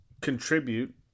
contribute